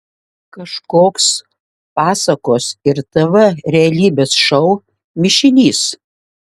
kažkoks pasakos ir tv realybės šou mišinys